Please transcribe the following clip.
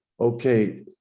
Okay